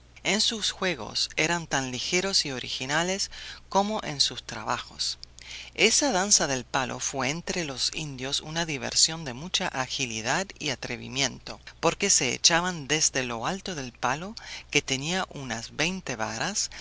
en sus juegos eran tan ligeros y originales como en sus trabajos esa danza del palo fue entre los indios una diversión de mucha agilidad y atrevimiento porque se echaban desde lo alto del palo que tenía unas veinte varas